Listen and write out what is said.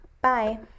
Bye